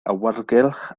awyrgylch